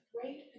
great